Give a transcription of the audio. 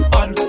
on